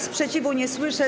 Sprzeciwu nie słyszę.